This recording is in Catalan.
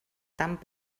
tant